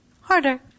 harder